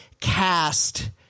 cast